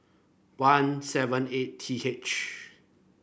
one seven eight T H